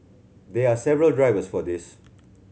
there are several drivers for this